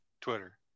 Twitter